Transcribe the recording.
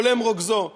בולם רוגזו,